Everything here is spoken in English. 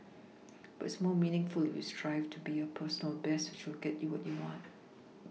but it's more meaningful if you strive to be your personal best which will get you what you want